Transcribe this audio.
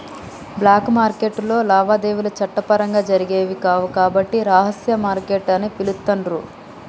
black మార్కెట్టులో లావాదేవీలు చట్టపరంగా జరిగేవి కావు కాబట్టి రహస్య మార్కెట్ అని పిలుత్తాండ్రు